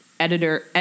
editor